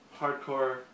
Hardcore